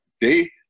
Day